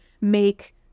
make